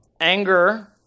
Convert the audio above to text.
Anger